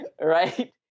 Right